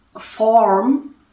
form